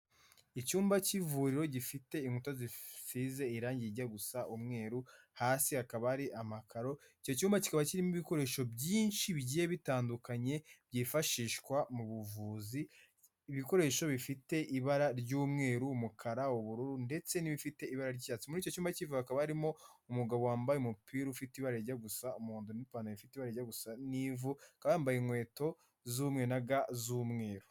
Icyumba cy'ivuriro gifite inkuta zisize irangi rijya gusa umweru, hasi hakaba hari amakaro, icyo cyumba kikaba kirimo ibikoresho byinshi bigiye bitandukanye, byifashishwa mu buvuzi, ibikoresho bifite ibara ry'umweru, umukara, ubururu, ndetse n'ibifite ibara ry'icyatsi, muri icyo cyumba cy'ivuriro hakaba harimo umugabo wambaye umupira ufite ibara rijya gusa umuhondo, n'ipantaro ifite ibara rijya gusa n'ivu, akaba yambaye inkweto z'umweru na ga z'umweru.